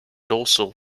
dorsal